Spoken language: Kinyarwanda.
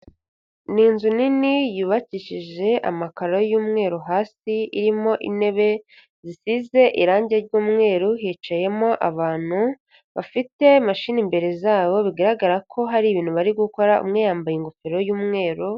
Ni inzu nini yubakishije amakaro y'umweru hasi, irimo intebe zisize irange ry'umweru, hicayemo abantu bafite mashini imbere zabo bigaragara ko hari ibintu bari gukora, umwe yambaye ingofero y'umweru.